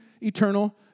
eternal